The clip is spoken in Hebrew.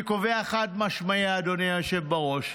אני קובע חד-משמעית, אדוני היושב בראש,